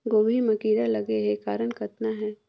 गोभी म कीड़ा लगे के कारण कतना हे?